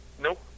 nope